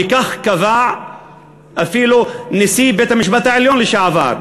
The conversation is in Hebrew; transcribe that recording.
וכך קבע אפילו נשיא בית-המשפט העליון לשעבר,